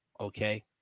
Okay